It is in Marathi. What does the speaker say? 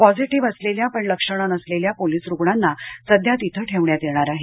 पॉझिटिव्ह असलेल्या परंतू लक्षणं नसलेल्या पोलीस रुग्णांना सध्या तिथं ठेवण्यात येणार आहे